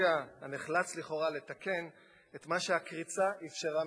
הנחלץ לכאורה לתקן את מה שהקריצה אפשרה מלכתחילה.